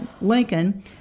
Lincoln